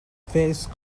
face